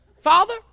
Father